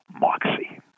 Moxie